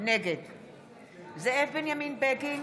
נגד זאב בנימין בגין,